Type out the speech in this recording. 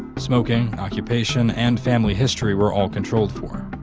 smoking, occupation, and family history were all controlled for.